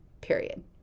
period